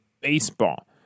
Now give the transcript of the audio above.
baseball